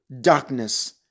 darkness